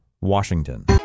Washington